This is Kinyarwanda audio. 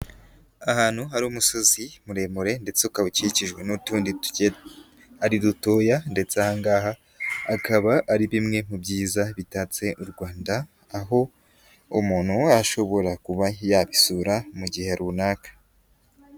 Ahantu hari umusozi muremure ndetse ukaba ukikijwe n'utundi tugiye ari dutoya ndetse ahangaha akaba ari bimwe mu byiza bitatse u Rwanda, aho umuntu ashobora kuba yabisura mu gihe runaka.